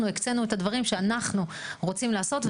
הקצאנו את הדברים שאנחנו רוצים לעשות,